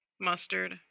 Mustard